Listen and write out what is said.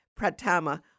Pratama